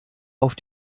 auf